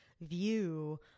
view